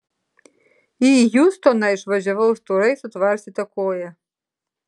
į hjustoną išvažiavau storai sutvarstyta koja